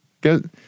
get